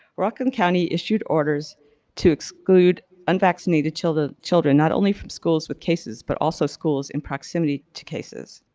rockland county issued orders to exclude unvaccinated children children not only from schools with cases, but also schools in proximity to cases.